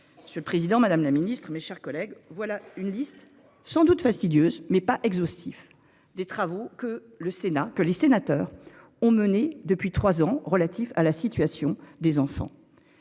Sur le président Madame la Ministre, mes chers collègues. Voilà une liste. Sans doute fastidieuse mais pas exhaustif des travaux que le Sénat, que les sénateurs ont mené depuis 3 ans, relatif à la situation des enfants.